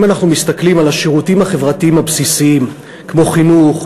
אם אנחנו מסתכלים על השירותים החברתיים הבסיסיים כמו חינוך,